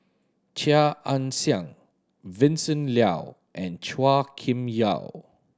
Chia Ann Siang Vincent Leow and Chua Kim Yeow